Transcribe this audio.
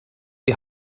die